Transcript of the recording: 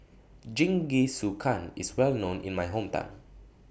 Jingisukan IS Well known in My Hometown